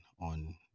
on